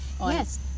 Yes